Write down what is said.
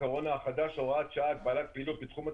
הקורונה החדש (הוראת שעה) (הגבלת פעילות בתחום התחבורה),